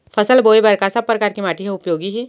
फसल बोए बर का सब परकार के माटी हा उपयोगी हे?